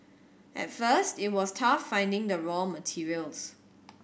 at first it was tough finding the raw materials